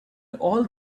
all